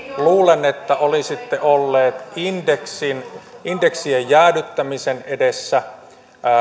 luulen että olisitte olleet indeksien indeksien jäädyttämisen edessä